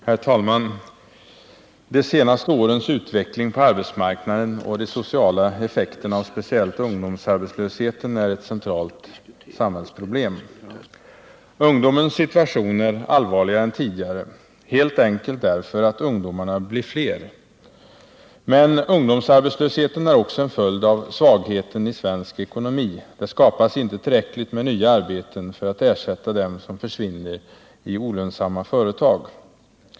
Herr talman! De senaste årens utveckling på arbetsmarknaden och de sociala effekterna av speciellt ungdomsarbetslösheten är ett centralt samhällsproblem. Ungdomens situation är allvarligare än tidigare helt enkelt därför att ungdomarna blir fler. Men ungdomsarbetslösheten är också en följd av svagheten i svensk ekonomi. Det skapas inte tillräckligt med nya arbeten för att ersätta dem som försvinner i olönsamma företag.